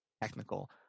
technical